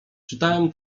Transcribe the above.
czytałem